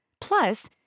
Plus